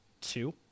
two